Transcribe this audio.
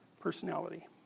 personality